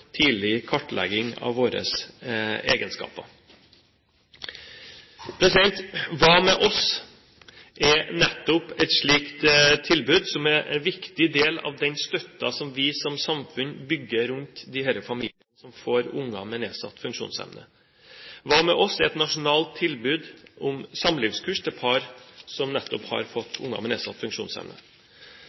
tidlig kartlegging av våre egenskaper. Hva med oss? er nettopp et slikt tilbud som er en viktig del av den støtten som vi som samfunn bygger rundt de familiene som får unger med nedsatt funksjonsevne. Hva med oss? er et nasjonalt tilbud om samlivskurs for par som nettopp har fått unger med nedsatt funksjonsevne.